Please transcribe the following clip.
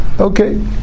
okay